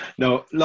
No